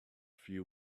few